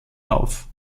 auf